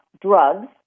drugs